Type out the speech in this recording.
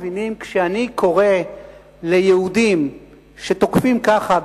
ולכן אתם בוודאי מבינים שכשאני קורא ליהודים שתוקפים ככה,